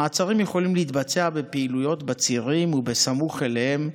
המעצרים יכולים להתבצע בפעילויות בצירים וסמוך אליהם,